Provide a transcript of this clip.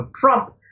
Trump